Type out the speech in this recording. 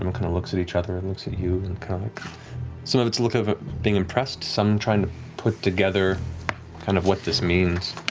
um kind of looks at each other, and looks at you, and kind of some of it's a look of of being impressed, some trying to put together kind of what this means.